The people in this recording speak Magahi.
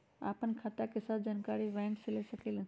आपन खाता के सब जानकारी बैंक से ले सकेलु?